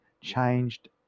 changed